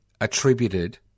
attributed